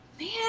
man